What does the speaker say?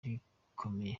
rikomeye